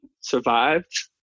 survived